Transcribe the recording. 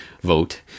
vote